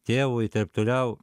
tėvui taip toliau